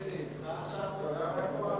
13:52.) חברי הכנסת,